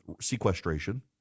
sequestration